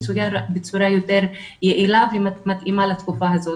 בצורה יותר יעילה ומתאימה לתקופה הזאת.